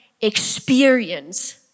experience